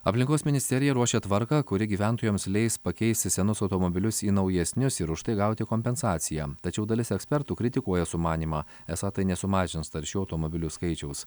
aplinkos ministerija ruošia tvarką kuri gyventojams leis pakeisti senus automobilius į naujesnius ir už tai gauti kompensaciją tačiau dalis ekspertų kritikuoja sumanymą esą tai nesumažins taršių automobilių skaičiaus